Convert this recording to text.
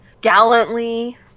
gallantly